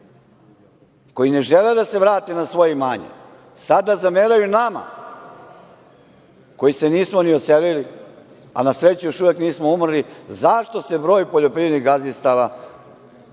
koji ne žele da se vrate na svoje imanje, sada zameraju nama koji se nismo ni odselili, a na sreću još uvek nismo umrli, zašto se broj poljoprivrednih gazdinstava